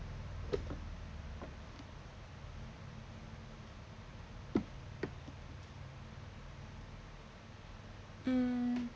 mm